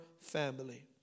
family